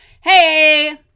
hey